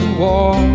war